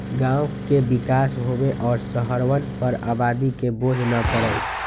गांव के विकास होवे और शहरवन पर आबादी के बोझ न पड़ई